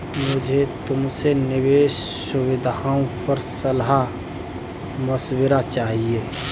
मुझे तुमसे निवेश सुविधाओं पर सलाह मशविरा चाहिए